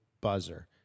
buzzer